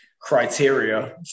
criteria